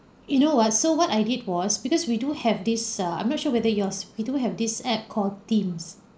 you know what so what I did was because we do have this err I'm not sure whether yours we do have this app called teams